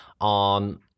on